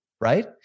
right